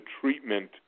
treatment